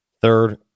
Third